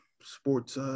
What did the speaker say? sports –